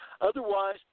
Otherwise